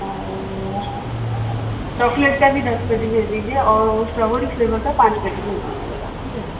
और चॉकलेट का भी दस पेटी भेज दीजिए और वो स्ट्राॅबेरी फ़्लेवर का पाँच पेटी भेज दीजिएगा ठीक है